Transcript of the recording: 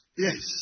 Yes